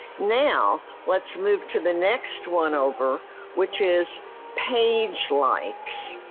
now, let's move to the next one over which is page likes.